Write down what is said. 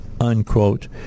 unquote